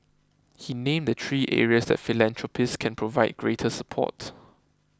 he named the three areas that philanthropists can provide greater support